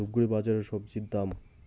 ধূপগুড়ি বাজারের স্বজি দাম?